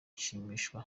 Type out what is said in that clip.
nshimishwa